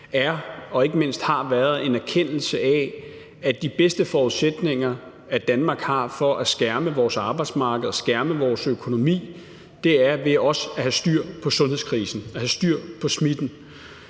er og ikke mindst har været en erkendelse af, at de bedste forudsætninger, vi i Danmark har for at skærme vores arbejdsmarked og skærme vores økonomi, også er ved at have styr på sundhedskrisen og have